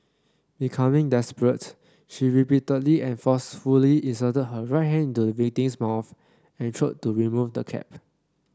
becoming desperate she repeatedly and forcefully inserted her right hand into the victim's mouth and throat to remove the cap